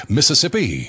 Mississippi